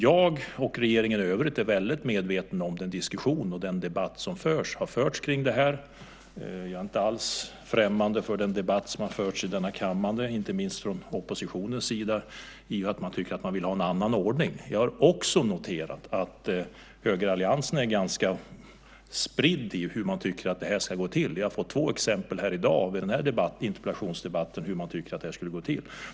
Jag och regeringen i övrigt är väldigt medvetna om den diskussion och debatt som har förts kring det här. Jag är inte alls främmande för den debatt som har förts i denna kammare, inte minst från oppositionens sida, där man tycker att man vill ha en annan ordning. Jag har också noterat att högeralliansen är ganska splittrad i hur man tycker att det här ska gå till. Vi har fått två exempel här i dag, i den här interpellationsdebatten, på hur man tycker att det här skulle gå till.